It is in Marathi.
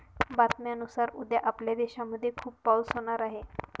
बातम्यांनुसार उद्या आपल्या देशामध्ये खूप पाऊस होणार आहे